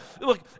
Look